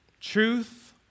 Truth